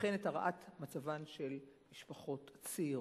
וכן את הרעת מצבן של משפחות צעירות.